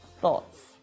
Thoughts